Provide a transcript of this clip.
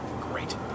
great